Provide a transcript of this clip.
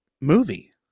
movie